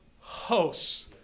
hosts